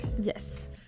yes